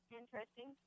interesting